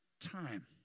time